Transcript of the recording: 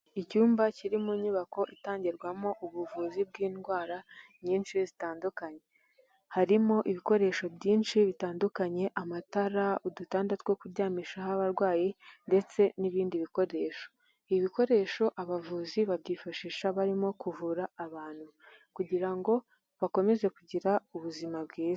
Icyumba kiri mu nyubako itangirwamo ubuvuzi bw'indwara nyinshi zitandukanye, harimo ibikoresho byinshi bitandukanye, amatara, udutanda two kuryamishaho abarwayi ndetse n'ibindi bikoresho, ibi bikoresho abavuzi babyifashisha barimo kuvura abantu kugira ngo bakomeze kugira ubuzima bwiza.